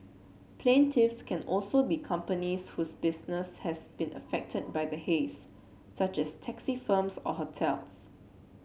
plaintiffs can also be companies whose business has been affected by the haze such as taxi firms or hotels